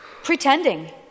Pretending